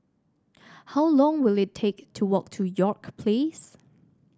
how long will it take to walk to York Place